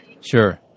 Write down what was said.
Sure